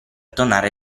tornare